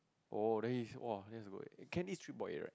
oh then he's !woah! that's good Candy is three point eight right